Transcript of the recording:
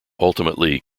ultimately